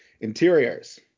Interiors